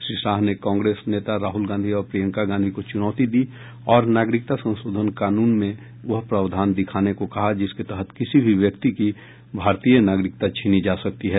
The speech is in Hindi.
श्री शाह ने कांग्रेस नेता राहुल गांधी और प्रियंका गांधी को चुनौती दी और नागरिकता संशोधन कानून में वह प्रावधान दिखाने को कहा जिसके तहत किसी भी व्यक्ति की भारतीय नागरिकता छीनी जा सकती है